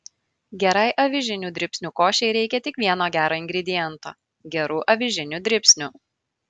gerai avižinių dribsnių košei reikia tik vieno gero ingrediento gerų avižinių dribsnių